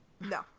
No